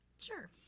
Sure